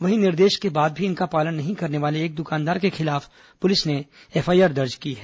वहीं निर्देश के बाद भी इनका पालन नहीं करने वाले एक दुकानदार के खिलाफ पुलिस ने एफआईआर दर्ज की है